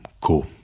go